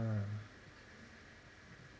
ah